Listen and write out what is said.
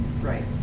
Right